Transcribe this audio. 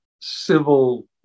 civil